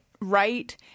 right